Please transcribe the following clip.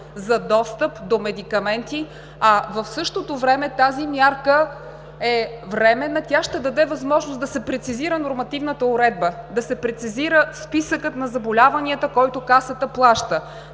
за достъп до медикаменти. В същото време тази мярка е временна. Тя ще даде възможност да се прецизира нормативната уредба, да се прецизира списъкът на заболяванията, който Касата плаща,